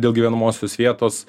dėl gyvenamosios vietos